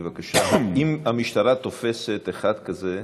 בבקשה: אם המשטרה תופסת אחד כזה,